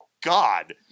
God